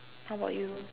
how about you